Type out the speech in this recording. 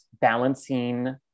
balancing